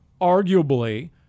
arguably